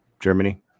Germany